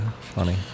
funny